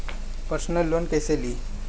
Personal loan कैसे ली?